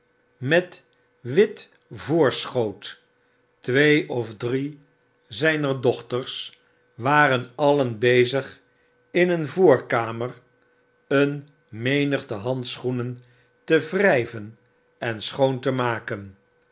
met wit voorschoot twee of drie zyner dochters waren alien bezig in een voorkamer een menigte handschoenen te wrijven en schoon te maken